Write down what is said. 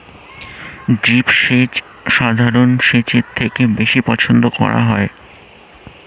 drip সেচ সাধারণ সেচের থেকে বেশি পছন্দ করা হয়